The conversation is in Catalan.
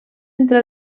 entre